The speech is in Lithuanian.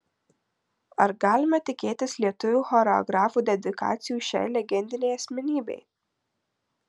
ar galime tikėtis lietuvių choreografų dedikacijų šiai legendinei asmenybei